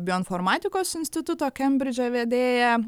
bioinformatikos instituto kembridže vedėją